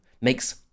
makes